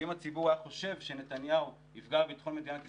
ואם הציבור היה חושב שנתניהו יפגע בביטחון מדינת ישראל,